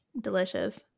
Delicious